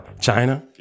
China